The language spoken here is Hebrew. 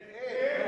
כן.